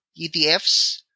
ETFs